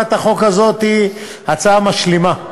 הצעת החוק הזאת היא הצעה משלימה.